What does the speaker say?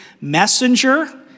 messenger